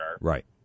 Right